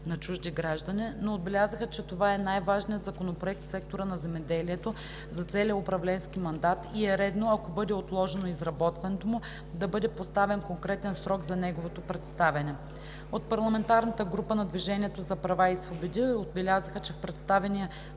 на чужди граждани, но отбелязаха, че това е най-важният законопроект в сектора на земеделието за целия управленски мандат и е редно, ако бъде отложено изработването му, да бъде поставен конкретен срок за неговото представяне. От парламентарната група на „Движението за права и свободи“ отбелязаха, че в представения